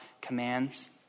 commands